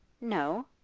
No